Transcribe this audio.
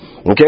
Okay